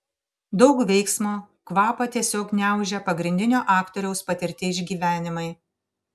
daug veiksmo kvapą tiesiog gniaužia pagrindinio aktoriaus patirti išgyvenimai